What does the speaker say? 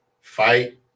Fight